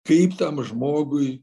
kaip tam žmogui